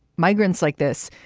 migrants like this,